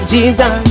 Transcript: Jesus